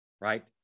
right